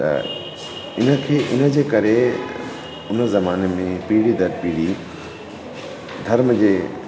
त इनखे इन जे करे उन ज़माने में पीढ़ी दर पीढ़ी धर्म जे